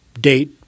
date